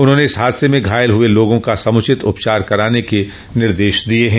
उन्होंने इस हादसे में घायल हुए लोगा का समुचित उपचार कराने के निर्देश दिये हैं